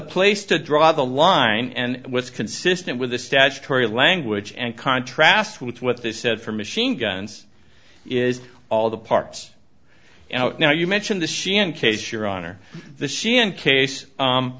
place to draw the line and what's consistent with the statutory language and contrasts with what they said for machine guns is all the parts and now you mention the hsien case your honor the c n case